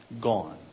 gone